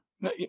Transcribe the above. No